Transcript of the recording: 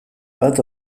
bat